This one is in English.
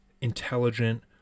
intelligent